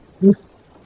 Yes